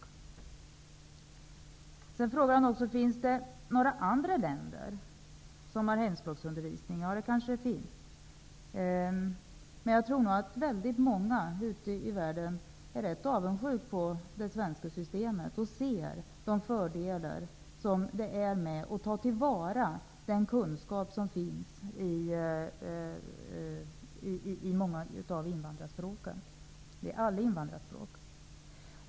Claus Zaar frågar: Finns det några andra länder där det bedrivs hemspråksundervisning? Det kanske finns, men jag tror att väldigt många ute i världen är rätt avundsjuka på det svenska systemet och ser fördelarna med att ta till vara den kunskap som finns i invandrarspråken.